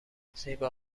زیبا